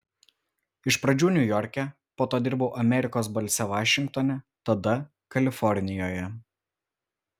iš pradžių niujorke po to dirbau amerikos balse vašingtone tada kalifornijoje